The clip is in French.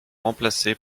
remplacé